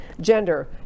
gender